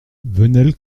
venelle